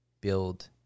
build